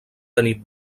tenir